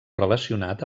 relacionat